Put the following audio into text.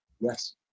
yes